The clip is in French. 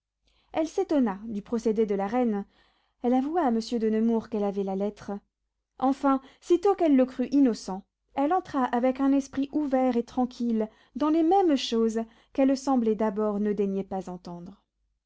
elle s'étonna du procédé de la reine elle avoua à monsieur de nemours qu'elle avait la lettre enfin sitôt qu'elle le crut innocent elle entra avec un esprit ouvert et tranquille dans les mêmes choses qu'elle semblait d'abord ne daigner pas entendre